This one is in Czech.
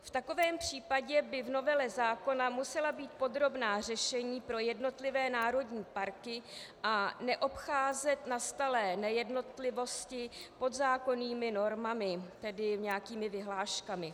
V takovém případě by v novele zákona musela být podrobná řešení pro jednotlivé národní parky a neobcházet nastalé nejednotlivosti podzákonnými normami, tedy nějakými vyhláškami.